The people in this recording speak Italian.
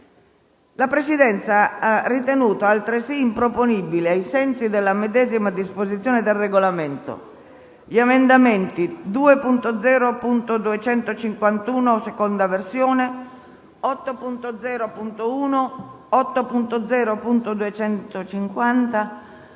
La Presidenza ha ritenuto altresì improponibili, ai sensi della medesima disposizione del Regolamento, gli emendamenti 2.0.251, 8.0.1, 8.0.250,